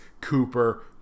Cooper